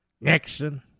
Nixon